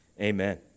Amen